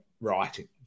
writing